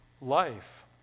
life